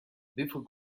before